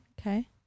Okay